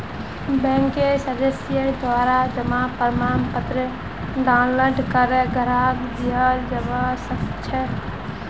बैंकेर सदस्येर द्वारा जमा प्रमाणपत्र डाउनलोड करे ग्राहकक दियाल जबा सक छह